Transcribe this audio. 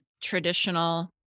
traditional